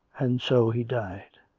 and so he died